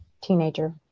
teenager